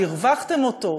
והרווחתם אותו,